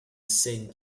saint